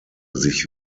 sich